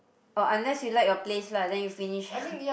or unless you like a place lah then you finish